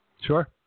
Sure